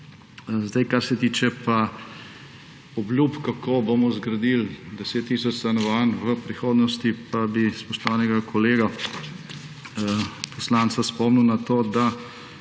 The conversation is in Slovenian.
Kar se pa tiče pa obljub, kako bomo zgradili 10 tisoč stanovanj v prihodnosti, pa bi spoštovanega kolega poslanca spomnil na to, da